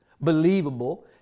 believable